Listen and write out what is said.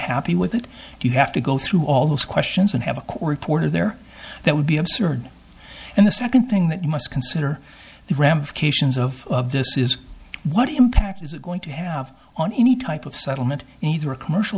happy with it you have to go through all those questions and have a porter there that would be absurd and the second thing that you must consider the ramifications of this is what impact is it going to have on any type of settlement in either a commercial